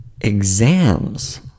exams